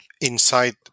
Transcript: inside